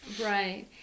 Right